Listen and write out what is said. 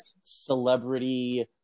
celebrity